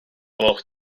gloch